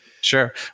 Sure